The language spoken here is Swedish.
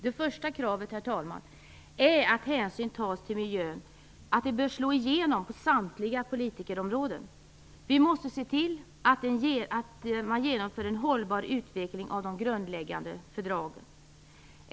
Det första kravet, herr talman, är att hänsyn tas till miljön och att det bör slå igenom på samtliga politikområden. Vi måste se till att man genomför en hållbar utveckling av de grundläggande fördragen.